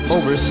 Over